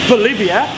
Bolivia